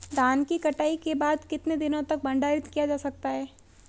धान की कटाई के बाद कितने दिनों तक भंडारित किया जा सकता है?